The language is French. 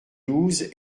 douze